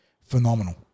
phenomenal